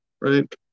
right